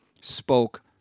spoke